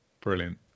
brilliant